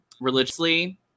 religiously